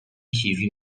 کیوی